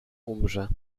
umrze